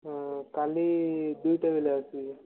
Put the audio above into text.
ହଁ କାଲି ଦୁଇଟା ବେଳେ ଆସିବି